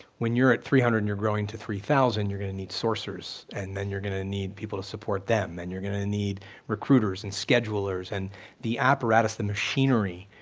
when you're at three hundred and you're growing to three thousand, you're gonna need sourcers, and then you're gonna need people to support them, and you're gonna need recruiters and schedulers, and the apparatus, the machinery,